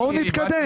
בואו נתקדם.